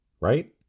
right